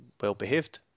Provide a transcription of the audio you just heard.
well-behaved